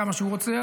כמה שהוא רוצה,